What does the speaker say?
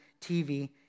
TV